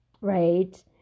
right